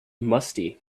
musty